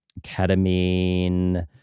ketamine